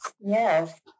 Yes